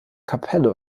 kapelle